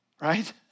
Right